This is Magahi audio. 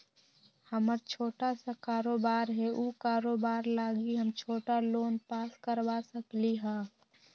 हमर छोटा सा कारोबार है उ कारोबार लागी हम छोटा लोन पास करवा सकली ह?